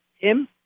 Tim